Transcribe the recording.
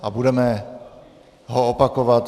A budeme ho opakovat.